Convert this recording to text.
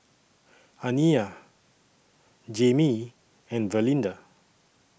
Aniyah Jamie and Valinda